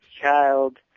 child